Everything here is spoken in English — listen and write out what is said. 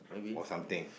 or something